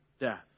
death